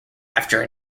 after